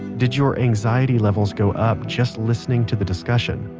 did your anxiety levels go up just listening to the discussion.